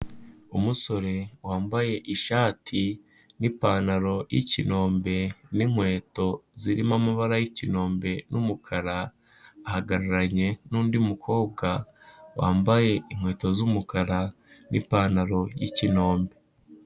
Umusore wambaye ishati n'ipantaro y'ikinombe n'inkweto zirimo amabara y'ikiombe n'umukara, ahagararanye n'undi mukobwa wambaye inkweto z'umukara n'ipantaro y'ikinombe.